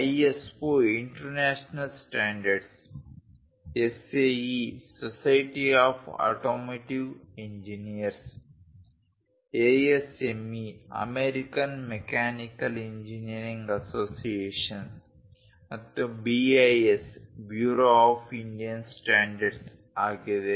ISO international standards SAE society of automotive engineers ASME American mechanical engineering associations ಮತ್ತು BIS bureau of Indian standards ಆಗಿದೆ